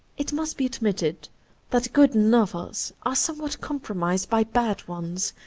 it must be admitted that good novels are somewhat compromised by bad ones,